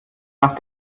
nach